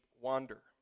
wander